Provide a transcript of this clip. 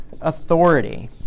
authority